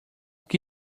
que